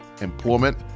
employment